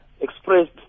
expressed